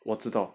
我知道